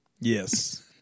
Yes